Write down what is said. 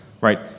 right